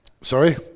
sorry